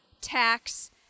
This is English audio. tax